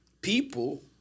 people